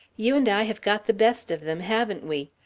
you and i have got the best of them, haven't we?